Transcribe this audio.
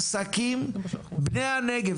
עסקים, בני הנגב.